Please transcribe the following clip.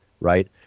right